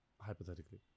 Hypothetically